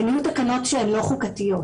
הן יהיו תקנות שהן לא חוקתיות.